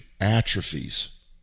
atrophies